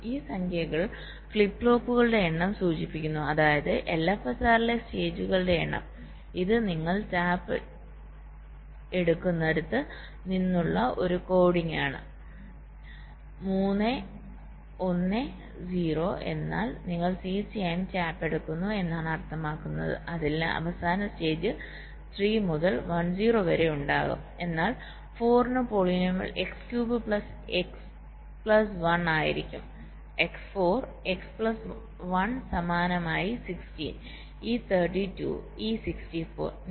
ഈ സംഖ്യകൾ ഫ്ലിപ്പ് ഫ്ലോപ്പുകളുടെ എണ്ണം സൂചിപ്പിക്കുന്നു അതായത് LFSR ലെ സ്റ്റേജ്കളുടെ എണ്ണം ഇത് നിങ്ങൾ ടാപ്പ് എടുക്കുന്നിടത്ത് നിന്നുള്ള ഒരു കോഡിംഗ് ആണ് 3 1 0 എന്നാൽ നിങ്ങൾ തീർച്ചയായും ടാപ്പ് എടുക്കുന്നു എന്നാണ് അർത്ഥമാക്കുന്നത് അവസാന സ്റ്റേജ് 3 മുതൽ 1 0 വരെ ഉണ്ടാകും അതിനാൽ 4 ന് polynomial x cube plus x plus 1 ആയിരിക്കും x 4 x പ്ലസ് 1 സമാനമായി 16 ഈ 32 ഈ 64